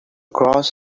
cross